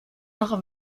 nach